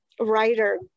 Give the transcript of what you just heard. writer